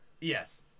Yes